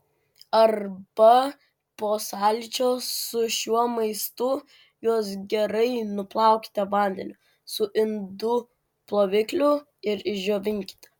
arba po sąlyčio su šiuo maistu juos gerai nuplaukite vandeniu su indų plovikliu ir išdžiovinkite